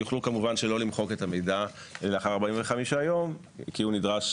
יוכלו כמובן לא למחוק את המידע לאחר 45 יום כי הוא נדרש